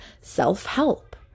self-help